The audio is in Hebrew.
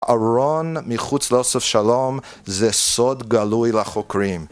ארון מחוץ לאוסף שלום זה סוד גלוי לחוקרים